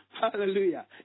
Hallelujah